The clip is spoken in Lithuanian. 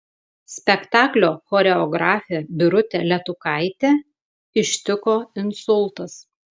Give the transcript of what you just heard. spektaklio choreografę birutę letukaitę ištiko insultas